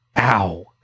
Ow